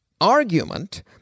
argument